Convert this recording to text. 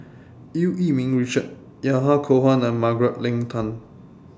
EU Yee Ming Richard Yahya Cohen and Margaret Leng Tan